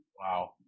Wow